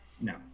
No